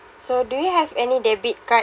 so do you have any debit card